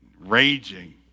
raging